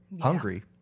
Hungry